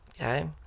Okay